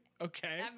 Okay